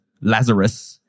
Lazarus